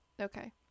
Okay